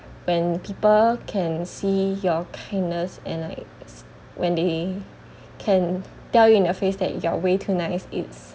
when people can see your kindness and like is when they can tell you in your face that you're way too nice it's